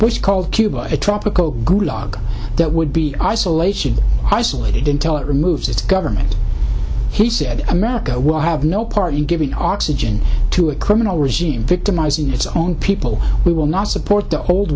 bush called cuba a tropical gulag that would be isolated isolated intel it removes its government he said america will have no part in giving oxygen to a criminal regime victimizing its own people we will not support the old